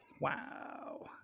wow